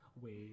Wait